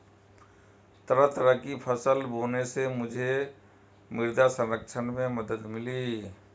तरह तरह की फसल बोने से मुझे मृदा संरक्षण में मदद मिली